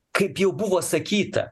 kaip jau buvo sakyta